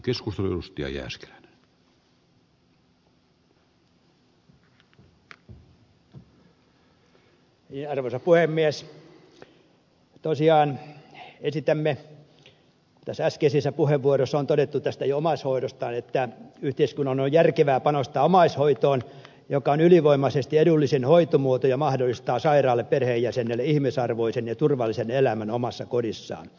tosiaan esitämme näissä äskeisissä puheenvuoroissa on todettu jo tästä omaishoidosta että yhteiskunnan on järkevää panostaa omaishoitoon joka on ylivoimaisesti edullisin hoitomuoto ja mahdollistaa sairaalle perheenjäsenelle ihmisarvoisen ja turvallisen elämän omassa kodissaan